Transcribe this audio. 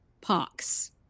pox